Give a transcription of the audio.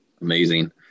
amazing